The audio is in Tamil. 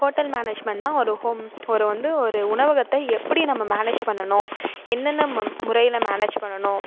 ஹோட்டல் மேனேஜ்மெண்ட்னா ஒரு ஹோம் ஒரு வந்து ஒரு உணவகத்தை எப்படி நம்ம மேனேஜ் பண்ணணும் என்னென்ன முறையில் மேனேஜ் பண்ணணும்